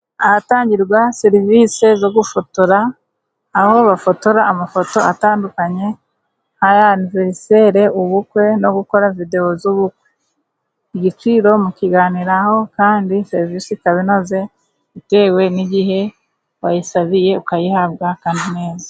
Ahatangirwa serivisi zo gufotora, aho bafotora amafoto atandukanye nk'aya aniveriseri, ubukwe no gukora videwo z'ubukwe. Igiciro mukiganiraho kandi serivisi ikaba inoze bitewe n'igihe wayisabiye, ukayihabwa kandi neza.